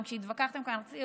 גם כשהתווכחתם כאן על הנושאים,